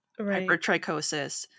hypertrichosis